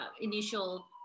initial